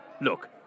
Look